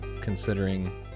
considering